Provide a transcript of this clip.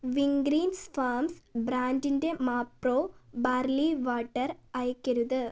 Wingreens farms ബ്രാൻഡിന്റെ Mapro barley water അയയ്ക്കരുത്